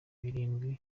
birindwi